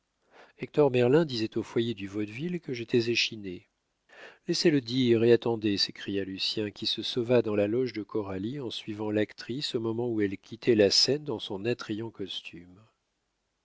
merlin disait au foyer du vaudeville que j'étais échiné laissez-le dire et attendez s'écria lucien qui se sauva dans la loge de coralie en suivant l'actrice au moment où elle quittait la scène dans son attrayant costume